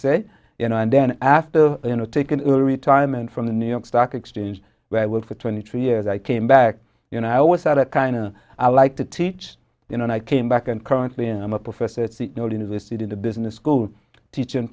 say you know and then after you know taken early retirement from the new york stock exchange where i work for twenty two years i came back you know i always alekhine or i like to teach you know and i came back and currently i'm a professor not interested in the business school teachin